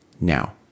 Now